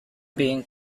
being